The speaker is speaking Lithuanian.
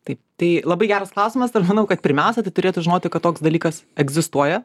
taip tai labai geras klausimas tai manau kad pirmiausia tai turėtų žinoti kad toks dalykas egzistuoja